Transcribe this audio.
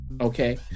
Okay